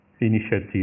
initiatives